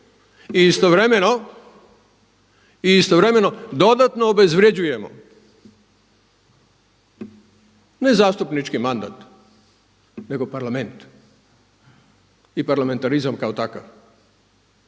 istovremeno dodatno obezvrjeđujemo ne zastupnički mandata nego Parlament i parlamentarizam kao takav